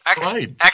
Right